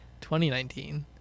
2019